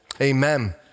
Amen